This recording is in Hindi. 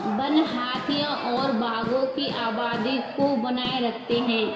वन हाथियों और बाघों की आबादी को बनाए रखते हैं